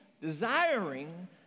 desiring